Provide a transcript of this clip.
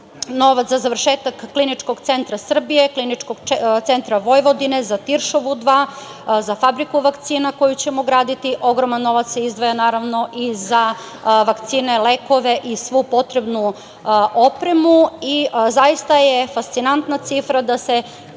novac za završetak Kliničkog centra Srbije, Kliničkog centra Vojvodine, za Tiršovu 2, za fabriku vakcina koju ćemo graditi. Ogroman novac se izdvaja, naravno, i za vakcine, lekove i svu potrebnu opremu. Zaista je fascinantna cifra da se